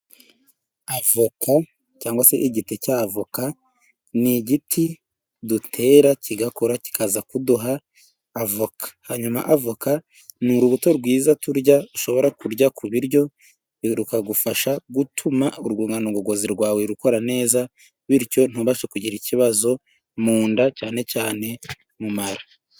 Avoka cyangwa se igiti cyavoka ni igiti dutera kigakura kikaza kuduha avoka. hanyuma avoka ni urubuto rwiza turya ushobora kurya ku biryo rukagufasha gutuma urubungano ngogozi rwawe rukora neza bityo ntubashegire ikibazo munda cyane cyane mu mara.